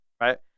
right